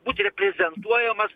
būt reprezentuojamas